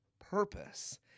purpose